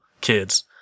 kids